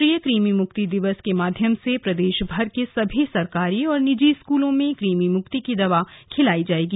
राष्ट्रीय क़मि मुक्ति दिवस के माध्यम से प्रदेश भर के सभी सरकारी और निजी स्क़ूलों में कृमि मुक्ति की दवा खिलाई जाएगी